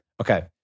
Okay